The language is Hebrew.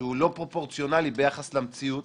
שהוא לא פרופורציונלי ביחס למציאות,